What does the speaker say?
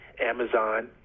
Amazon